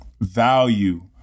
value